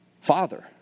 Father